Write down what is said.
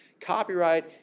Copyright